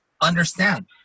understand